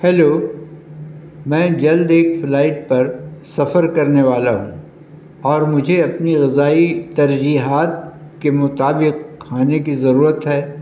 hello میں جلد ایک فلائٹ پر سفر کرنے والا ہوں اور مجھے اپنی غذائی ترجیحات کے مطابق کھانے کی ضرورت ہے